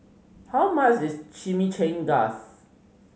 how much is Chimichangas